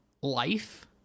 life